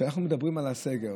כשאנחנו מדברים על הסגר.